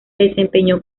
desempeñó